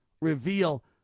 reveal